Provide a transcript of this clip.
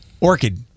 Orchid